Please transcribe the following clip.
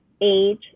age